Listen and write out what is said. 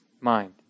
mind